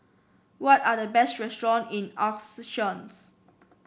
what are the best restaurant in